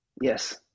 Yes